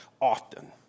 often